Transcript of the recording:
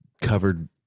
covered